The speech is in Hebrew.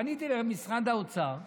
פניתי למשרד האוצר ואמרתי: